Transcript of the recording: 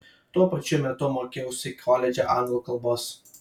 tuo pačiu metu mokiausi koledže anglų kalbos